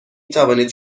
توانید